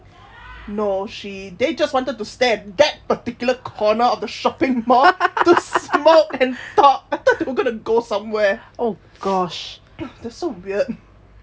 no she they just wanted to stand that particular corner of the shopping mall to smoke and talk I thought they were going to go somewhere they're so weird